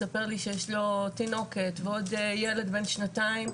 מספר לי שיש לו תינוקת ועוד ילד בן שנתיים,